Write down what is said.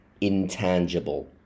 intangible